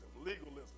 legalism